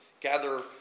gather